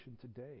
today